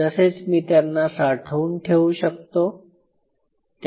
तसेच मी त्यांना साठवून ठेवू शकतो